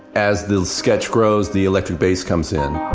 as the sketch grows, the electric bass comes in.